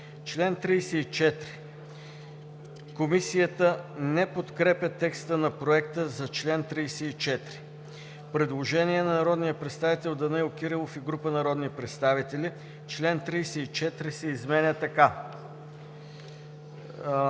чл. 35. Комисията не подкрепя текста на проекта за чл. 34. Предложение от народния представител Данаил Кирилов и група народни представители. Комисията